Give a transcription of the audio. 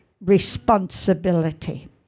responsibility